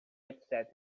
etc